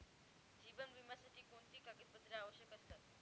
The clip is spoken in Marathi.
जीवन विम्यासाठी कोणती कागदपत्रे आवश्यक असतात?